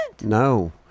No